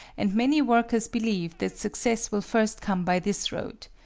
and many workers believe that success will first come by this road.